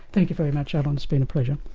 thank you very much alan, it's been a pleasure.